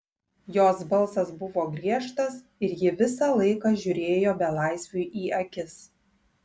jos balsas buvo griežtas ir ji visą laiką žiūrėjo belaisviui į akis